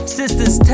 sisters